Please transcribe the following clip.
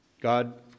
God